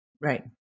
Right